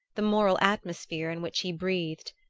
the moral atmosphere in which he breathed.